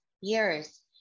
years